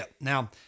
Now